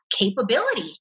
capability